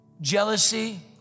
jealousy